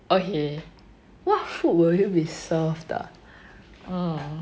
okay what food will we serve ah hmm